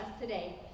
today